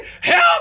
help